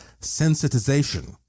sensitization